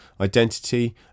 identity